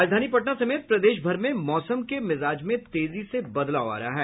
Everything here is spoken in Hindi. राजधानी पटना समेत प्रदेश भर में मौसम के मिजाज में तेजी से बदलाव आ रहा है